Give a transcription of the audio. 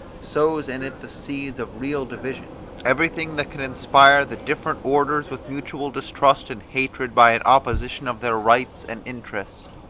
sows in it the seeds of real division everything that can inspire the different orders with mutual distrust and hatred by an opposition of their rights and interest,